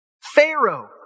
Pharaoh